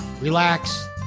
relax